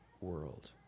world